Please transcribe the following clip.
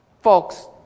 folks